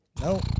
No